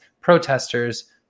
protesters